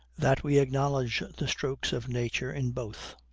that we acknowledge the strokes of nature in both,